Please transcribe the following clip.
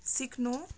सिक्नु